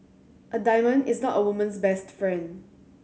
a diamond is not a woman's best friend